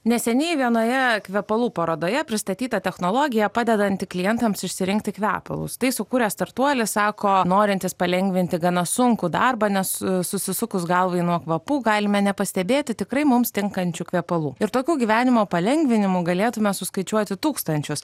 neseniai vienoje kvepalų parodoje pristatyta technologija padedanti klientams išsirinkti kvepalus tai sukūręs startuolis sako norintis palengvinti gana sunkų darbą nes susisukus galvai nuo kvapų galime nepastebėti tikrai mums tinkančių kvepalų ir tokių gyvenimo palengvinimų galėtume suskaičiuoti tūkstančius